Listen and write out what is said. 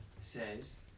says